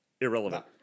irrelevant